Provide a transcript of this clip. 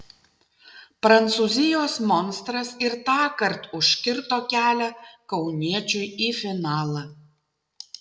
prancūzijos monstras ir tąkart užkirto kelią kauniečiui į finalą